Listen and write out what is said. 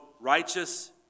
righteous